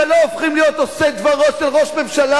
ולא הייתם הופכים להיות עושי דברו של ראש ממשלה,